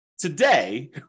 Today